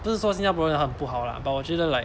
不是说新加坡人很不好啦 but 我觉得 like